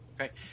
Okay